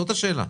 זאת השאלה.